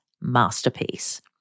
masterpiece